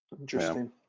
Interesting